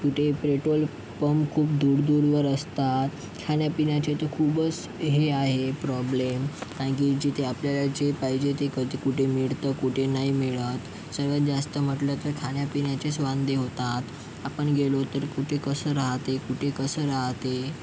कुठे petrol pump खूप दूरदूरवर असतात खाण्या पिण्याचे तर खूपच हे आहे प्रॉब्लेम कारण की जिथे आपल्याला जे पाहिजे ते कधी कुठं मिळतं कुठं नाही मिळत सगळ्यात जास्त म्हटलं तर खाण्या पिण्याचेच वांदे होतात आपण गेलो तर कुठे कसं रहाते कुठे कसं रहाते